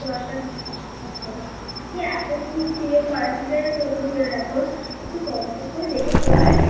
দশ টাকা আচ্ছা আচ্ছা আমি যে এতো নিচ্ছি যে পাঁচ লিটারের মতো ধরে রাখুন একটু কম সম করে দেখে করবেন